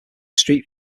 street